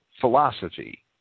philosophy